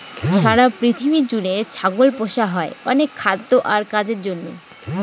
সারা পৃথিবী জুড়ে ছাগল পোষা হয় অনেক খাদ্য আর কাজের জন্য